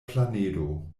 planedo